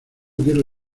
quiero